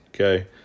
Okay